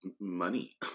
money